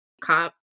cop